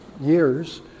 years